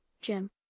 Jim